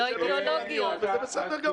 אלה שאלות שמאלניות וזה בסדר גמור.